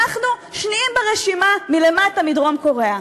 אנחנו שניים ברשימה, מלמטה, מדרום-קוריאה.